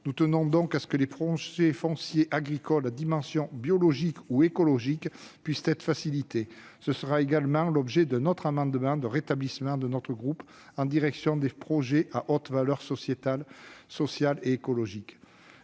Nous tenons donc à ce que les projets fonciers agricoles à dimension biologique ou écologique puissent être facilités- tel sera l'objet d'un autre amendement de rétablissement présenté par notre groupe, visant les projets à haute valeur sociétale, sociale et écologique.